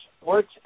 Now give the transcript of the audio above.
Sports